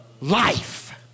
life